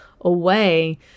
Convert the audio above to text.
away